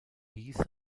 wies